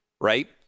right